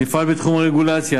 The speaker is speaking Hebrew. נפעל בתחום הרגולציה,